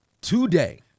today